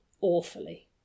awfully